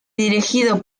dirigido